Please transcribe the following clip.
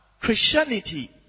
Christianity